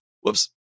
Whoops